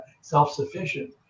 self-sufficient